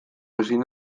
ezin